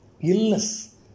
illness